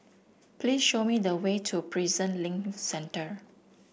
please show me the way to Prison Link Centre